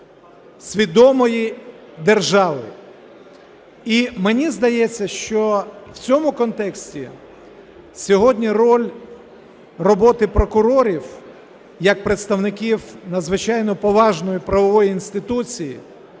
свідомої держави. І мені здається, що в цьому контексті сьогодні роль роботи прокурорів як представників надзвичайно поважної правової інституції,